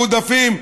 הם מועדפים,